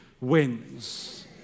wins